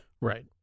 Right